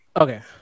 Okay